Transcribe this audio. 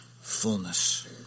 fullness